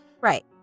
Right